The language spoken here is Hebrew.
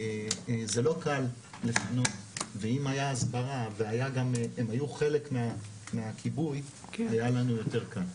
זה לא קל לפנות ואם הייתה הסברה והם היו חלק מהכיבוי היה לנו יותר קל.